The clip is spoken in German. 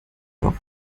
doch